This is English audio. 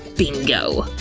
bingo.